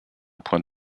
point